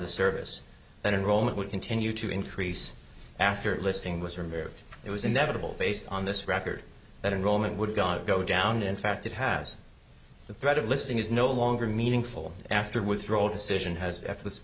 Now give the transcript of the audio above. the service when in rome it would continue to increase after listing was removed it was inevitable based on this record that enrollment would god go down in fact it has the threat of listing is no longer meaningful after withdrawal decision has lef